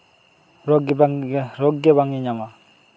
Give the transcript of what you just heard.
ᱨᱳᱜᱽ ᱜᱮᱵᱟᱝ ᱨᱳᱜᱽ ᱜᱮᱵᱟᱢ ᱧᱟᱧᱟᱢᱟ